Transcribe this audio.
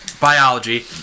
biology